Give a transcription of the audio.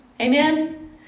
Amen